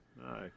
no